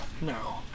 No